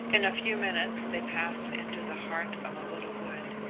in a few minutes they passed into the heart of a little wood,